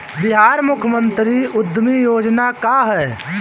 बिहार मुख्यमंत्री उद्यमी योजना का है?